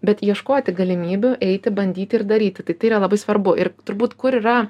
bet ieškoti galimybių eiti bandyti ir daryti tai tai yra labai svarbu ir turbūt kur yra